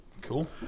Cool